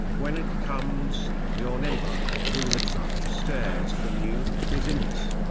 when it comes, your neighbor, who lives ah upstairs from you, is in it.